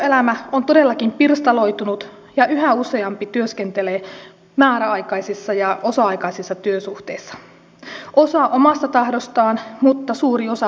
työelämä on todellakin pirstaloitunut ja yhä useampi työskentelee määräaikaisissa ja osa aikaisissa työsuhteissa osa omasta tahdostaan mutta suuri osa vastentahtoisesti